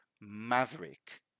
maverick